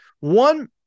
One